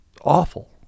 awful